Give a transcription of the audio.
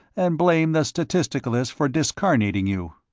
and blame the statisticalists for discarnating you.